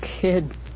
kid